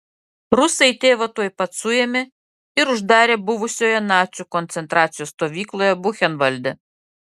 rusai tėvą tuoj pat suėmė ir uždarė buvusioje nacių koncentracijos stovykloje buchenvalde